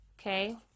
okay